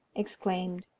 exclaimed,